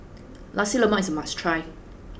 Nasi Lemak is a must try